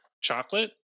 chocolate